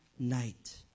night